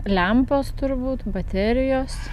lempos tur būt baterijos